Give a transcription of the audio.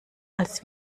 als